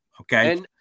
Okay